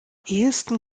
ehesten